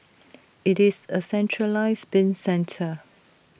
IT is A centralised bin centre